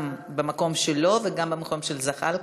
גם במקום שלו וגם במקום של זחאלקה,